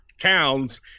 towns